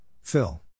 Phil